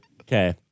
Okay